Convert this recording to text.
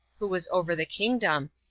who was over the kingdom,